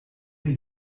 die